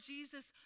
Jesus